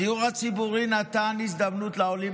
הדיור הציבורי נתן הזדמנות לעולים